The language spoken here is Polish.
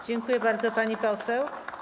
Dziękuję bardzo, pani poseł.